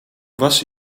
was